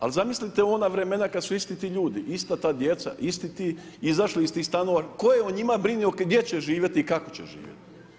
Ali zamislite ona vremena kada su isti ti ljudi, ista ta djeca, isti ti izašli iz tih stanova tko je o njima brinuo gdje će živjeti i kako će živjeti.